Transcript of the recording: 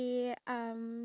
oh really